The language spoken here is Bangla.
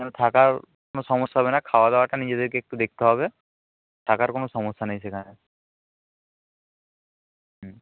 সেখানে থাকার কোনো সমস্যা হবে না খাওয়া দাওয়াটা নিজেদেরকে একটু দেখতে হবে থাকার কোনো সমস্যা নেই সেখানে